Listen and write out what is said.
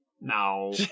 no